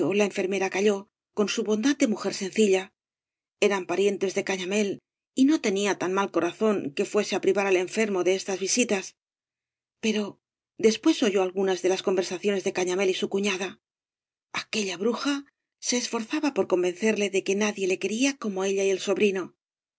la enfermera calló con su boijdad de mujer sencilla eran parientes de gañamélf y no tenía tan mal corazón que fuese á privar al enfermo de estas visitas pero después oyó algunas de las conversaciones de cañamél y su cufiada aquella bruja se esforzaba por convencerle de que nadie le quería como ella y el sobrino